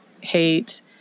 Hate